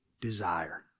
desire